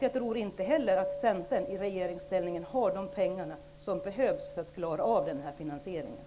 Jag tror inte att Centern i regeringsställning har de pengar som behövs för att klara av den här finansieringen.